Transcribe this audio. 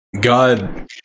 God